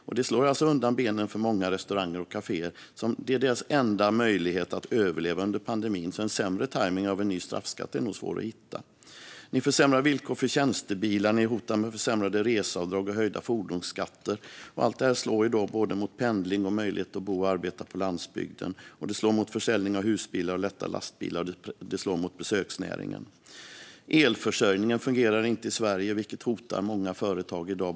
Detta slår undan benen för många restauranger och kaféer. Det här är deras enda möjlighet att överleva under pandemin. Sämre tajmning av en ny straffskatt är nog svår att hitta. Ni försämrar villkoren för tjänstebilar. Ni hotar med försämrade reseavdrag och höjda fordonsskatter. Allt detta slår mot pendling och möjligheten att bo och arbeta på landsbygden. Det slår mot försäljning av husbilar och lätta lastbilar. Det slår även mot besöksnäringen. Elförsörjningen i Sverige fungerar inte, vilket hotar många företag i dag.